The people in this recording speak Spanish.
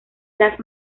las